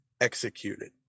executed